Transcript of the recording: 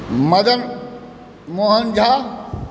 Madan Mohan Jha